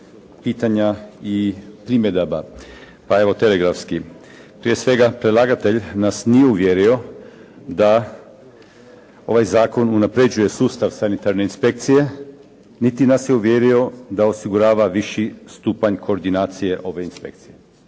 pitanja i primjedaba. Pa evo telegrafski. Prije svega predlagatelj nas nije uvjerio da ovaj zakon unapređuje sustav sanitarne inspekcije niti nas je uvjerio da osigurava viši stupanj kordinacije ove inspekcije.